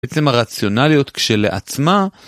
בעצם הרציונליות כשלעצמה,